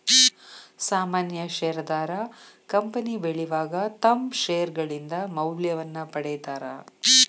ಸಾಮಾನ್ಯ ಷೇರದಾರ ಕಂಪನಿ ಬೆಳಿವಾಗ ತಮ್ಮ್ ಷೇರ್ಗಳಿಂದ ಮೌಲ್ಯವನ್ನ ಪಡೇತಾರ